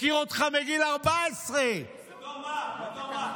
מכיר אותך מגיל 14. בתור מה?